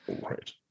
Right